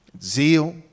zeal